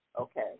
okay